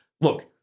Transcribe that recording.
look